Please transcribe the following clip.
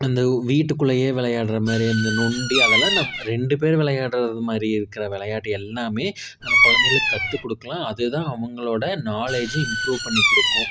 அந்த வீட்டுக்குள்ளையே விளையாடறமாதிரி அந்த நொண்டி அதெல்லாம் ரெண்டு பேர் விளையாடறது மாதிரி இருக்கிற விளையாட்டு எல்லாமே நம்ம குழந்தைகளுக்கு கற்றுக்குடுக்கலாம் அதுதான் அவங்களோட நாலேஜை இம்ப்ரூவ் பண்ணிக்கொடுக்கும்